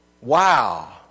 Wow